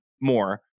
more